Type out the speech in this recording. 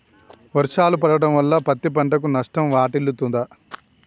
వర్షాలు పడటం వల్ల పత్తి పంటకు నష్టం వాటిల్లుతదా?